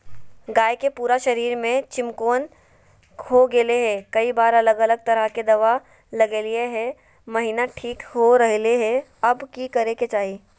गाय के पूरा शरीर में चिमोकन हो गेलै है, कई बार अलग अलग तरह के दवा ल्गैलिए है महिना ठीक हो रहले है, अब की करे के चाही?